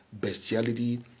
bestiality